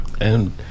And-